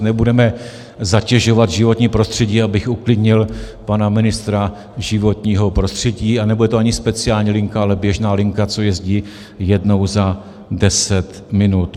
Nebudeme zatěžovat životní prostředí, abych uklidnil pana ministra životního prostředí a nebude to ani speciální linka, ale běžná linka, co jezdí jednou za deset minut.